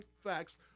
facts